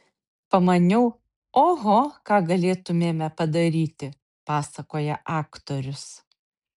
pamaniau oho ką galėtumėme padaryti pasakoja aktorius